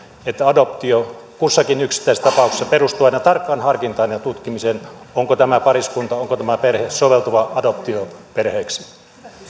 että adoptio kussakin yksittäisessä tapauksessa perustuu aina tarkkaan harkintaan ja tutkimiseen onko tämä pariskunta onko tämä perhe soveltuva adoptioperheeksi